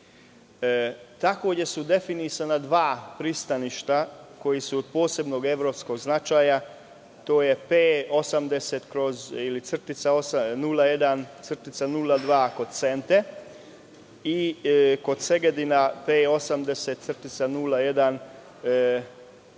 Takođe, su definisana dva pristaništa koja su od posebnog evropskog značaja, to je P80-01-02 kod Sente, i kod Segedina P80-01